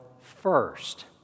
first